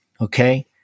Okay